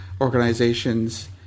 organizations